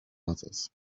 others